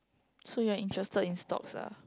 so you're interested in stocks ah